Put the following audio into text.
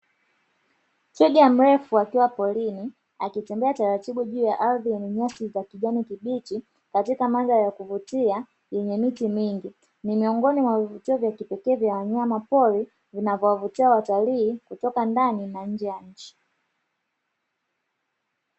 Twiga mlefu akiwa porini, akitembea taratibu juu ardhi yenye nyasi za kijani kibichi, katika mandhari ya kuvutia, yenye miti mingi ni miongoni mwa vivutio pekee vya wanyama pori vinavyo vutia watalii kutoka ndani na nje ya nchi.